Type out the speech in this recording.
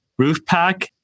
Roofpack